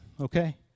okay